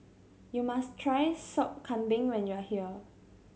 you must try Sop Kambing when you are here